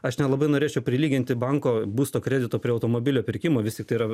aš nelabai norėčiau prilyginti banko būsto kredito prie automobilio pirkimo vis tik tai yra